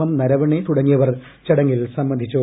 M Naravane തുടങ്ങിയവർ ചടങ്ങിൽ സംബന്ധിച്ചു